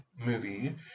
movie